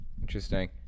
interesting